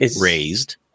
raised